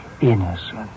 innocent